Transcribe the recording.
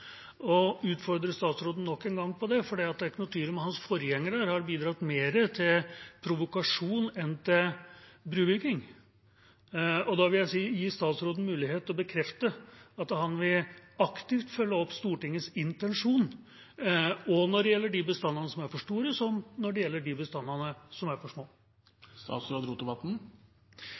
og jeg utfordrer statsråden nok en gang på det, for det er ingen tvil om at hans forgjenger har bidratt mer til provokasjon enn til brubygging. Da vil jeg gi statsråden mulighet til også å bekrefte at han aktivt vil følge opp Stortingets intensjon når det gjelder de bestandene som er for store, som når det gjelder de bestandene som er for